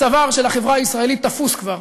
הצוואר של החברה הישראלית, תפוס כבר